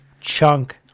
chunk